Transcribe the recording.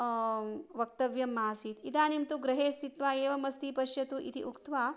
वक्तव्यम् आसीत् इदानीं तु गृहे स्थित्वा एवमस्ति पश्यतु इति उक्त्वा